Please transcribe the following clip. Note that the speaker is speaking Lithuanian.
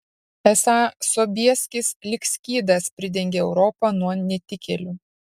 esą sobieskis lyg skydas pridengė europą nuo netikėlių